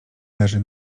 leży